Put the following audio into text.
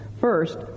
first